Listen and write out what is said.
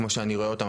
כמו שאני רואה את זה,